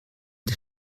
des